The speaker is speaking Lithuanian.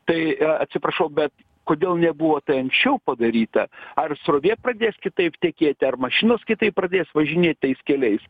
tai atsiprašau bet kodėl nebuvo tai anksčiau padaryta ar srovė pradės kitaip tekėti ar mašinos kitaip pradės važinėt tais keliais